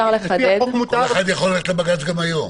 יכול ללכת לבג"ץ גם היום.